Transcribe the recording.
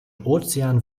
ozean